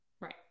Right